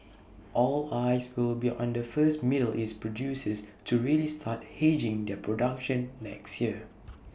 all eyes will be on the first middle east producers to really start aging their production next year